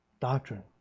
Doctrine